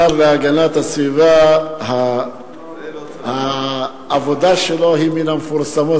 השר להגנת הסביבה, העבודה שלו היא מן המפורסמות.